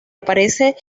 aparece